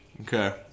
Okay